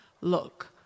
Look